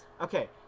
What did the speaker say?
okay